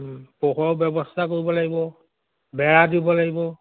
পোহৰৰ ব্যৱস্থা কৰিব লাগিব বেৰা দিব লাগিব